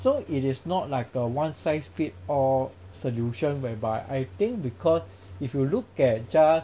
so it is not like a one size fit all solution whereby I think because if you look at just